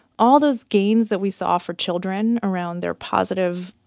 all those gains that we saw for children around their positive,